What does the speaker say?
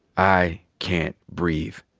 i can't breathe.